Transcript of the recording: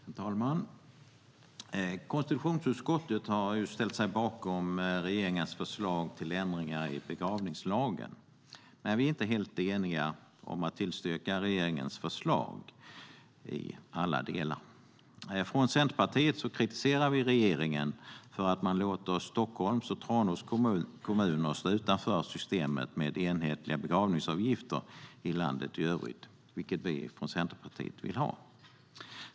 Herr talman! Konstitutionsutskottet har ställt sig bakom regeringens förslag till ändringar i begravningslagen. Men vi är inte helt eniga om att tillstyrka regeringens förslag i alla delar. Från Centerpartiet kritiserar vi regeringen för att man låter Stockholms och Tranås kommuner stå utanför systemet med enhetliga begravningsavgifter, som gäller i landet i övrigt. Vi i Centerpartiet vill att det ska gälla i hela landet.